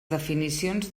definicions